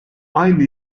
aynı